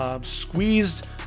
Squeezed